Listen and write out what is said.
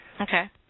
Okay